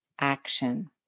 action